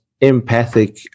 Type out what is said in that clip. empathic